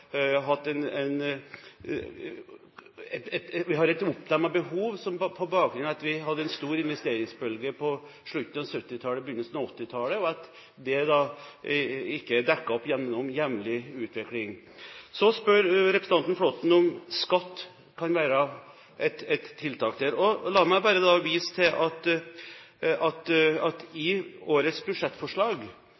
et oppdemmet behov på bakgrunn av at vi hadde en stor investeringsbølge på slutten av 1970-tallet/begynnelsen av 1980-tallet, og at det ikke er dekket opp gjennom jevnlig utvikling. Så spør representanten Flåtten om skatt kan være et tiltak der. La meg bare vise til at regjeringen i